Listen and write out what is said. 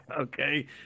Okay